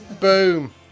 boom